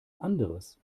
anderes